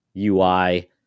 UI